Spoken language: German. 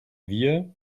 wir